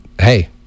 hey